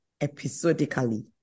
episodically